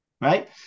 Right